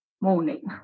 morning